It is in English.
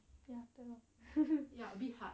ya 对咯